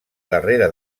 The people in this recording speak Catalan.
darrere